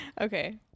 Okay